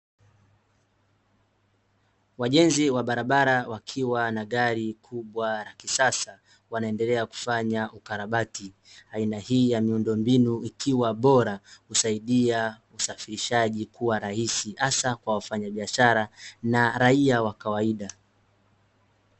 Wajenzi wa barabara wakiwa na gari kubwa la kisasa, wanaendelea kufanya ukarabati. Aina hii ya miundombinu ikiwa bora husaidia usafirishaji kuwa rahisi, hasa kwa wanafanyabiashra na raia wa kawaida